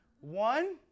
one